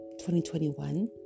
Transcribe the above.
2021